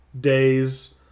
Days